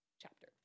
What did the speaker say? chapter